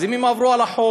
אז אם הם עברו על החוק,